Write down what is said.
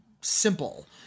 simple